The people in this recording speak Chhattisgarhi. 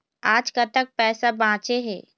आज कतक पैसा बांचे हे?